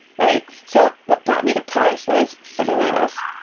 right? so what brought me to parse was funnily enough,